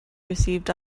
received